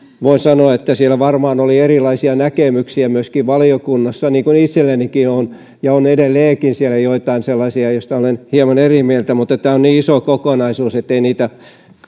voin sanoa että siellä varmaan myöskin oli erilaisia näkemyksiä valiokunnassa niin kuin itsellänikin oli ja on edelleenkin siellä joitain sellaisia joista olen hieman eri mieltä mutta tämä on niin iso kokonaisuus ettei niitä